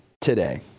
today